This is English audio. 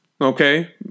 Okay